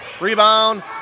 Rebound